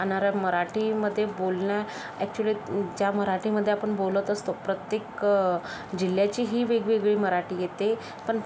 अन् अरा मराठीमध्ये बोलणं अॅक्च्युली ज्या मराठीमध्ये आपण बोलत असतो प्रत्येक जिल्ह्याची ही वेगवेगळी मराठी येते पण